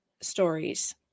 stories